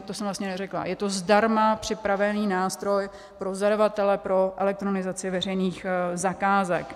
To jsem vlastně neřekla je to zdarma připravený nástroj pro zadavatele pro elektronizaci veřejných zakázek.